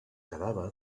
quedava